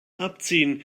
abziehen